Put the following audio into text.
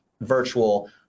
virtual